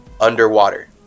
underwater